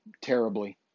terribly